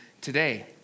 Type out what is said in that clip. today